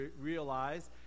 realize